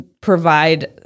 provide